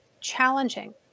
challenging